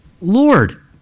Lord